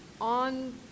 on